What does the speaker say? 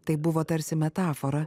tai buvo tarsi metafora